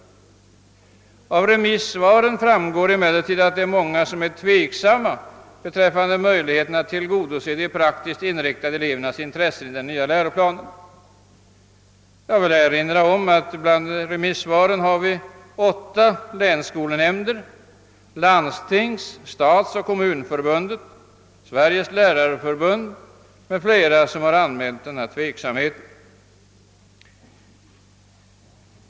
Av remissvaren framgår emellertid att många är tveksamma beträffande möjligheterna att genom den nya läroplanen tillgodose de praktiskt inriktade elevernas intressen. Åtta länsskolnämnder, Landstingsförbundet, stadsoch kommunförbunden, Sveriges lärarförbund m.fl. har anmält sådan tveksamhet.